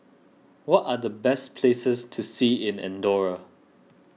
what are the best places to see in the andorra